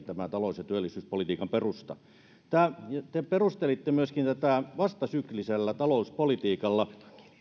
tämä talous ja työllisyyspolitiikan perusta on mahdoton edelleenkin te perustelitte myöskin tätä vastasyklisellä talouspolitiikalla